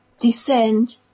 descend